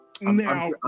Now